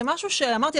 אמרתי,